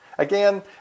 Again